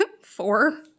Four